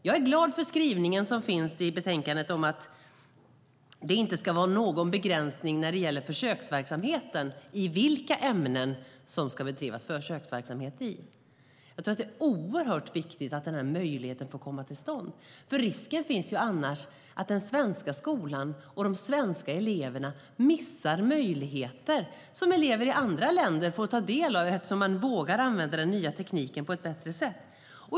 Jag är glad för den skrivning som finns i betänkandet om att det inte ska finnas någon begränsning av försöksverksamheten när det gäller vilka ämnen som det ska kunna bedrivas försöksverksamhet i.Jag tror att det är oerhört viktigt att den här möjligheten får komma till stånd. Risken finns annars att den svenska skolan och de svenska eleverna missar möjligheter som elever i andra länder får ta del av eftersom man vågar använda den nya tekniken på ett bättre sätt.